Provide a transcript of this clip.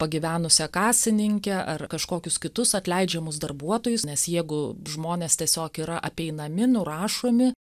pagyvenusią kasininkę ar kažkokius kitus atleidžiamus darbuotojus nes jeigu žmonės tiesiog yra apeinami nurašomi